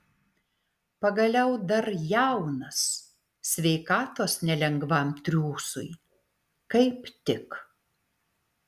pagaliau dar jaunas sveikatos nelengvam triūsui kaip tik